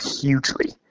hugely